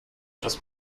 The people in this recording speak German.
etwas